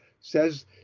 says